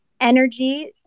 energy